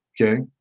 Okay